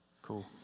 Cool